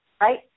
right